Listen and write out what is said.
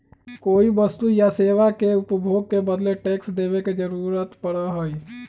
कोई वस्तु या सेवा के उपभोग के बदले टैक्स देवे के जरुरत पड़ा हई